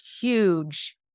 huge